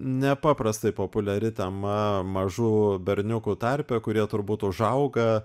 nepaprastai populiari tema mažų berniukų tarpe kurie turbūt užauga